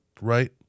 right